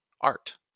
Art